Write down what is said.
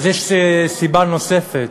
אז יש סיבה נוספת,